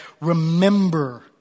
remember